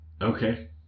Okay